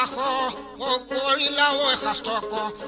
um la la la la la la